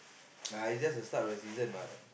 ah it's just the start of the season what